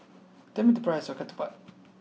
tell me the price of ketupat